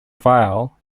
file